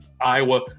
Iowa